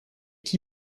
qui